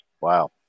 wow